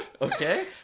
okay